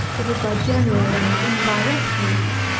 it is by general and indirect means,